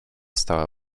stała